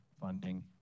funding